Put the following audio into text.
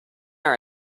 our